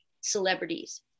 celebrities